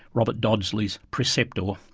robert dodsley's preceptor,